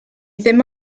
ddim